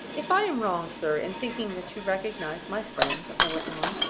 if i am wrong, sir, in thinking that you recognized my friend i went on,